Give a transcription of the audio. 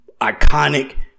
iconic